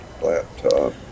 laptop